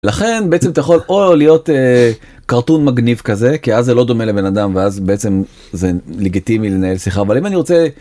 לכן בעצם אתה יכול או להיות כרטון מגניב כזה כי אז זה לא דומה לבן אדם ואז בעצם זה לגיטימי לנהל שיחה אבל אם אני רוצה.